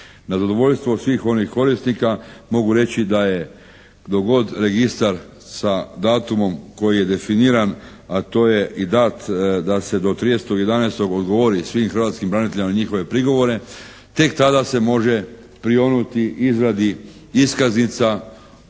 Na zadovoljstvo svih onih korisnika mogu reći da je dok god Registar sa datumom koji je definiran, a to je i dat da se do 30.11. odgovori svim hrvatskim braniteljima na njihove prigovore, tek tada se može prionuti izradi iskaznica članovima